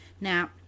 Now